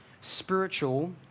spiritual